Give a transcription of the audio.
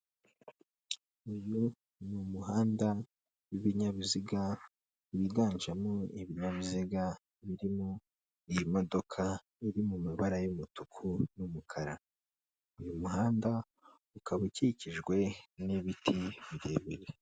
Uyu umuhanda w'ibinyabiziga byiganjemo ibinyabiziga birimo imodoka iri mu mabara y'umutuku n'umukara, uyu muhanda ukaba ukikijwe n'ibiti birebire.